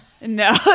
No